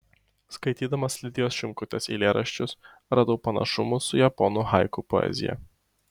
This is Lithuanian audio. skaitydamas lidijos šimkutės eilėraščius radau panašumų su japonų haiku poezija